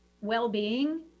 well-being